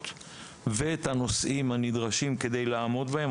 ואת הנושאים הנדרשים כדי לעמוד בהם,